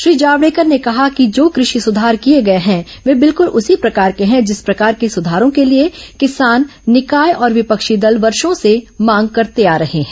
श्री जावड़ेकर ने कहा कि जो कृषि सुधार किये गये हैं वे बिलकृल उसी प्रकार के हैं जिस प्रकार को सुधारों के लिए किसान निकाय और विपक्षी दल वर्षो से मांग करते रहे हैं